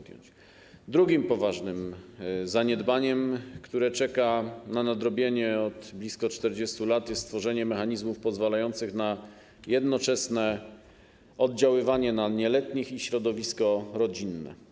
Drugim poważnym zaniedbaniem, które czeka na nadrobienie od blisko 40 lat, jest stworzenie mechanizmów pozwalających na jednoczesne oddziaływanie na nieletnich i środowisko rodzinne.